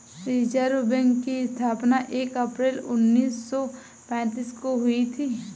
reserve bank की स्थापना एक अप्रैल उन्नीस सौ पेंतीस को हुई थी